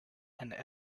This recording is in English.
and